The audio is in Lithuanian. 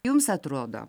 jums atrodo